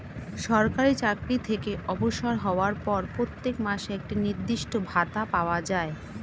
সরকারি চাকরি থেকে অবসর হওয়ার পর প্রত্যেক মাসে একটি নির্দিষ্ট ভাতা পাওয়া যায়